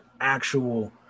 actual